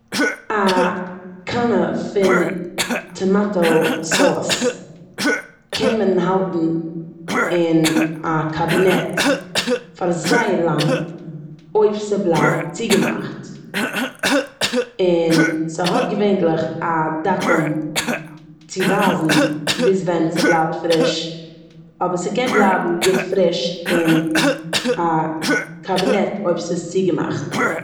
א קאנע פון טאמאטא סאוס קען מען האלטן און א קאבינעט פאר זייער לאנג אויב ס'בלייבט צוגעמאכט און ס'האט געווענטליך א דאטום צו ווייזן ביז ווען ס'בלייבט פריש אבער ס'קען בלייבן גוט פריש און א קאבינעט אויב ס'איז צוגעמאכט.